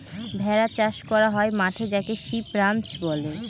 ভেড়া চাষ করা হয় মাঠে যাকে সিপ রাঞ্চ বলে